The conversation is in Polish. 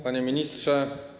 Panie Ministrze!